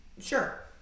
Sure